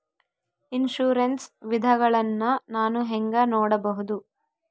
Insurance ವಿಧಗಳನ್ನ ನಾನು ಹೆಂಗ ನೋಡಬಹುದು?